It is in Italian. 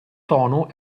tono